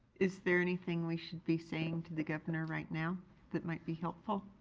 is there anything we should be saying to the governor right now that might be helpful?